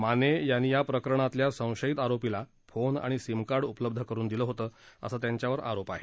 माने यांनी या प्रकरणातल्या संशयित आरोपीला फोन आणि सीमकार्ड उपलब्ध करून दिलं असा त्यांच्यावर आरोप आहे